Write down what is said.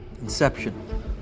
Inception